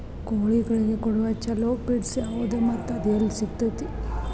ಕೋಳಿಗಳಿಗೆ ಕೊಡುವ ಛಲೋ ಪಿಡ್ಸ್ ಯಾವದ ಮತ್ತ ಅದ ಎಲ್ಲಿ ಸಿಗತೇತಿ?